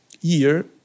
year